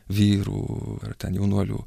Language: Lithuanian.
vyrų ar ten jaunuolių